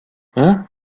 hein